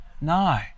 No